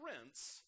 prince